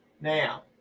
Now